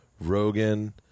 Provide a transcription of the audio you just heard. rogan